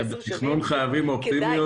בתכנון חייבים אופטימיות.